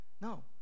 No